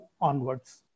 onwards